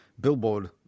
billboard